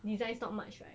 designs not much right